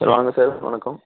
sir வாங்க sir வணக்கம்